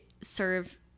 serve